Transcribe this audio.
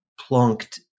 plonked